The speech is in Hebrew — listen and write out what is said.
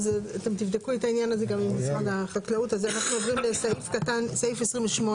אז בואי רגע נפריד בין הדבר הבסיסי.